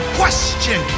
question